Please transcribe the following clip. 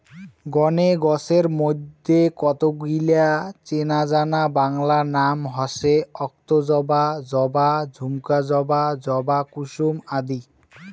গণে গছের মইধ্যে কতগিলা চেনাজানা বাংলা নাম হসে অক্তজবা, জবা, ঝুমকা জবা, জবা কুসুম আদি